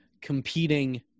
competing